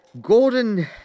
Gordon